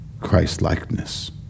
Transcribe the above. Christ-likeness